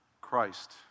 Christ